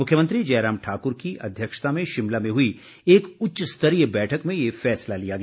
मुख्यमंत्री जयराम ठाकुर की अध्यक्षता में शिमला में हुई एक उच्च स्तरीय बैठक में ये फैसला लिया गया